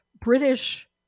British